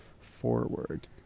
forward